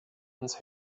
ans